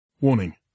Warning